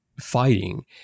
fighting